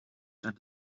zijn